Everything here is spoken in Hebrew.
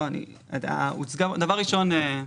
דבר ראשון,